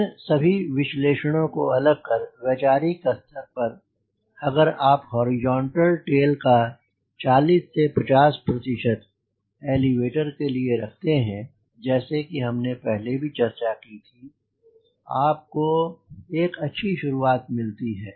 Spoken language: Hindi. इन सभी विश्लेषणों को अलग कर वैचारिक स्तर पर अगर आप हॉरिजॉन्टल टेल का 40 से 50 प्रतिशत एलीवेटर की तरह रखते हैं जैसे कि हमने पहले भी चर्चा की थी आप को को एक अच्छी शुरुआत मिलती है